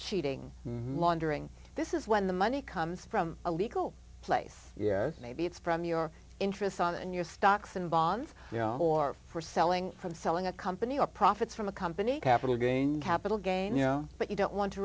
cheating laundering this is when the money comes from a legal place yeah maybe it's from your interest on your stocks and bonds you know or for selling from selling a company or profits from a company capital gain capital gain you know but you don't want to